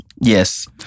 Yes